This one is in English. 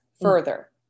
further